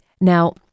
Now